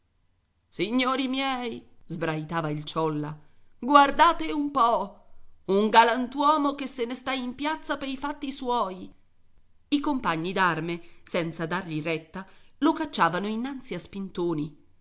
signori miei sbraitava ciolla guardate un po un galantuomo che se ne sta in piazza pei fatti suoi i compagni d'arme senza dargli retta lo cacciavano innanzi a spintoni